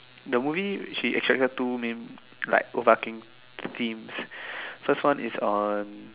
the movie she extracted two main overarching themes first one is on